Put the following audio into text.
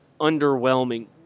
underwhelming